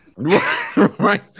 Right